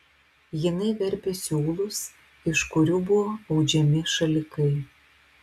jinai verpė siūlus iš kurių buvo audžiami šalikai